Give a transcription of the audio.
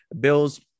Bills